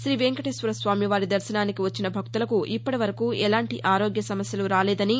తీ వేంకటేశ్వరస్వామివారి దర్శనానికి వచ్చిన భక్తులకు ఇప్పటివరకు ఎలాంటి ఆరోగ్య సమస్యలు రాలేదని